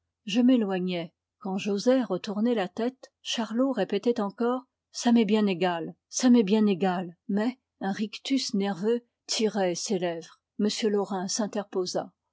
je m'éloignai quand j'osai retourner la tête charlot répétait encore ça m'est bien égal ça m'est bien égal mais un rictus nerveux tirait ses lèvres m laurin s'interposa